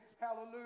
Hallelujah